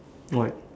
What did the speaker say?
what